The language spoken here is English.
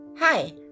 Hi